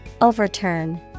Overturn